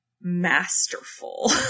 masterful